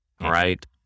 right